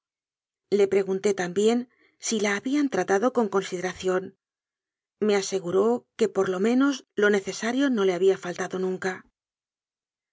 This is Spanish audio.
le pregunté también si la ha bían tratado con consideración me aseguró que por lo menos lo necesario no le había faltado nunca